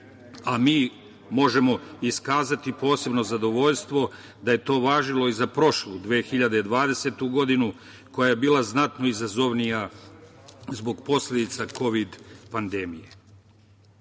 a mi možemo iskazati posebno zadovoljstvo da je to važilo i za prošlu, 2020. godinu koja je bila znatno izazovnija zbog posledica Kovid pandemije.